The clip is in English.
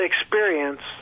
experience